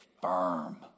firm